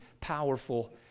powerful